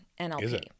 NLP